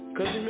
Cause